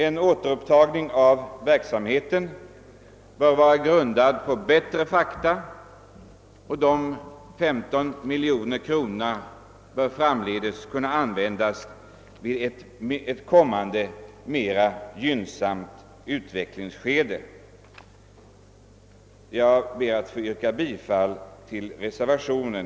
Ett återupptagande av verksamheten bör emellertid vara grundat på bättre fakta än som nu föreligger, och de återstående femton miljonerna för treårsperioden bör kunna användas under ett mera gynnsamt utvecklingsskede. Herr talman! Jag ber att få yrka bifall till reservationen.